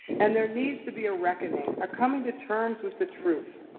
and there needs to be a reckoning-a ah coming to terms with the truth.